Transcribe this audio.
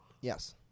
Yes